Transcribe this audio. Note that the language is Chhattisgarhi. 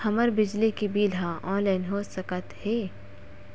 हमर बिजली के बिल ह ऑनलाइन हो सकत हे?